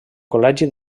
col·legi